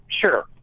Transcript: sure